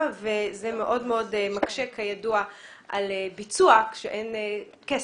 וזה מאוד מאוד מקשה על ביצוע כשאין כסף.